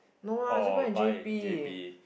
or buy it JP